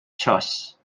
churches